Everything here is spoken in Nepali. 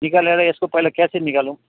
निकालेर यसको पहिला क्यासेट निकालौँ